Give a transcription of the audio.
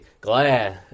glad